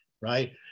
right